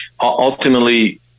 ultimately